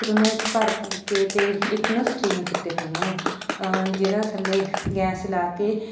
ਫਿਰ ਉਹਨਾਂ 'ਚ ਭਰ ਭਰ ਕੇ ਅਤੇ ਇੱਕ ਨਾ ਸਟੀਮ ਕੀਤੇ ਫਿਰ ਉਹਨਾਂ ਨੂੰ ਜਿਹੜਾ ਥੱਲੇ ਗੈਸ ਲਾ ਕੇ